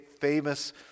famous